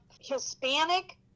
Hispanic